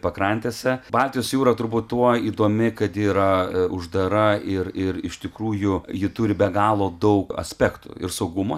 pakrantėse baltijos jūra turbūt tuo įdomi kad yra uždara ir ir iš tikrųjų ji turi be galo daug aspektų ir saugumo